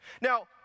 Now